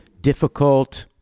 difficult